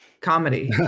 comedy